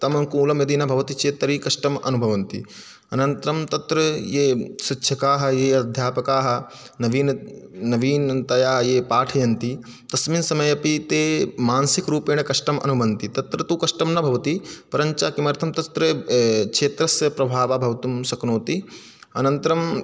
तमङ्कूलं यदि न भवति चेत् तर्हि कष्टम् अनुभवन्ति अनन्तरं तत्र ये शिक्षकाः ये अध्यापकाः नवीन नवीनतया ये पाठयन्ति तस्मिन् समयेपि ते मानसिक रूपेण कष्टम् अनुभवन्ति तत्र तु कष्टं न भवति परञ्च किमर्थं तत्र क्षेत्रस्य प्रभावः भवितुं शक्नोति अनन्तरं